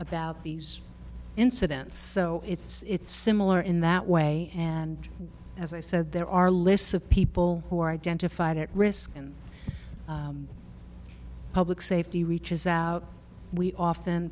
about these incidents so it's similar in that way and as i said there are lists of people who are identified at risk and public safety reaches out we often